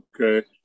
Okay